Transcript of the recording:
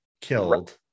killed